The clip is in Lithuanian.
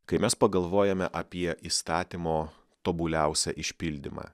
kai mes pagalvojame apie įstatymo tobuliausią išpildymą